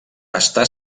està